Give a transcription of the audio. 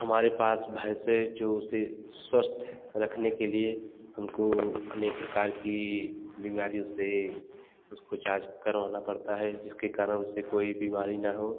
हमारे पास भैंसे जो से स्वस्थ रखने के लिए हमको अनेक प्रकार की बीमारियों से उसको चार्ज करवाना पड़ता है जिसके कारण उसे कोई बीमारी ना हो